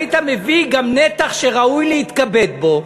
היית מביא גם נתח שראוי להתכבד בו,